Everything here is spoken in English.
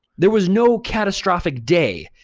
there was no catastrophic day.